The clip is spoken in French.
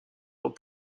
dans